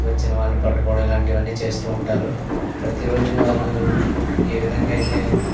వచ్చిన వాడిని పట్టుకోవడం ఇలాంటివన్నీ చేస్తూ ఉంటారు ప్రతీ రోజు వాళ్ళు ఏ విధంగా అయితే